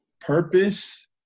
purpose